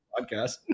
podcast